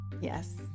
yes